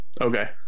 okay